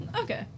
Okay